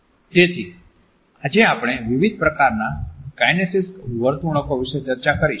તેથી આજે આપણે વિવિધ પ્રકારના કાઈનેસીક્સ વર્તણૂકો વિશે ચર્ચા કરી છે